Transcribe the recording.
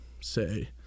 say